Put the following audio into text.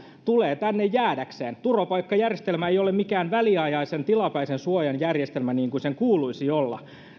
tulee tänne jäädäkseen turvapaikkajärjestelmä ei ole mikään väliaikaisen tilapäisen suojan järjestelmä niin kuin sen kuuluisi olla